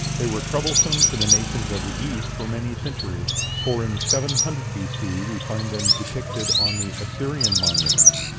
they were troublesome to the nations of the east for many centuries for in seven hundred b c. we find them depicted on the assyrian monuments.